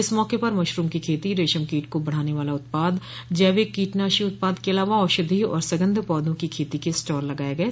इस मौके पर मशरूम की खेती रेशम कीट को बढ़ाने वाला उत्पाद जैविक कीटनाशी उत्पाद के अलावा औषधीय और सगंध पौधों की खेती के स्टॉल लगाये गये